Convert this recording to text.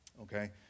okay